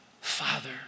Father